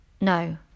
No